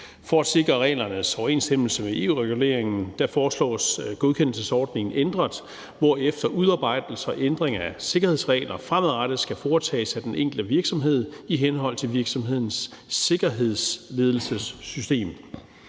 For at sikre reglernes overensstemmelse med EU-reguleringen foreslås godkendelsesordningen ændret, hvorefter udarbejdelse og ændring af sikkerhedsregler fremadrettet skal foretages af den enkelte virksomhed i henhold til virksomhedens sikkerhedsledelsessystem.